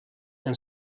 and